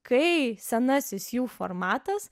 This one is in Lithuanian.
kai senasis jų formatas